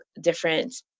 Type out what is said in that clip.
different